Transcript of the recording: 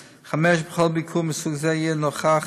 5. בכל ביקור מסוג זה יהיה נוכח